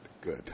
good